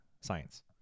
science